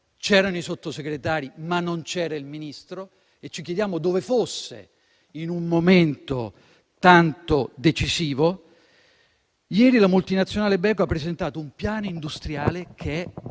(c'erano i Sottosegretari, ma non c'era il Ministro e ci chiediamo dove fosse in un momento tanto decisivo), ha presentato un piano industriale che è